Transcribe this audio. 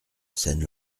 scène